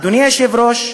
אדוני היושב-ראש,